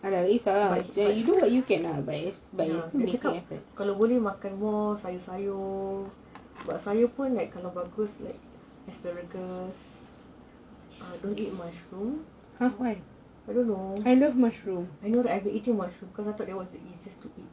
but but dia cakap kalau boleh makan more sayur-sayur but sayur pun kalau bagus like asparagus don't eat mushroom I don't know I know right I have been eating mushroom cause I thought they was the easier to eat